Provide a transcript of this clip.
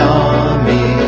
army